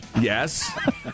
Yes